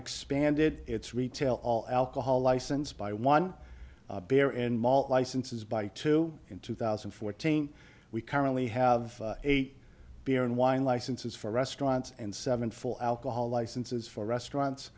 expanded its retail all alcohol license by one bear and licenses by two in two thousand and fourteen we currently have eight beer and wine licenses for restaurants and seven full alcohol licenses for restaurants